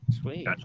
Sweet